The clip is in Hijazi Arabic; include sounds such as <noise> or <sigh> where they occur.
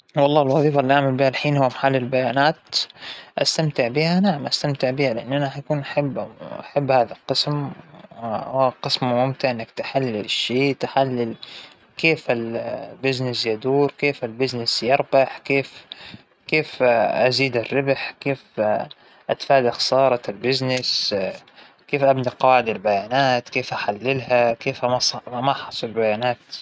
أنا <hesitation> دكتورة تحاليل، <hesitation> أكيد أستمتع فيها الحمد لله، <hesitation> بالأخيرهذا كان حلمى وهذى مجال دراستى، <hesitation> أنا بحب الاننتيكال اصلاً، وإنه الف حمد وشكر إلك يارب، إنه وفقنى ووصلت لهذى المكانة، وصرت دكتورة بالأخير.